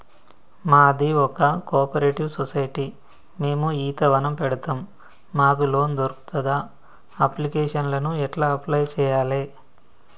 మాది ఒక cooperative society మేము ఈత వనం పెడతం మాకు లోన్ దొర్కుతదా? అప్లికేషన్లను ఎట్ల అప్లయ్ చేయాలే?